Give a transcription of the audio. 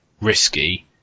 risky